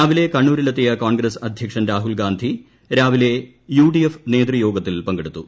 രാവിലെ കണ്ണൂരിൽ എത്തിയ കോൺഗ്രസ് അധ്യക്ഷൻ രാഹുൽഗാന്ധി രാവിലെ യുഡിഎഫ് നേതൃയോഗത്തിൽ പങ്കെടുത്തു